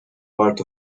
part